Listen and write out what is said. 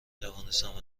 توانستم